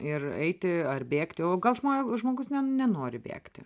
ir eiti ar bėgti o gal žmo žmogus nenori bėgti